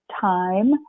time